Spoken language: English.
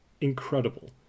incredible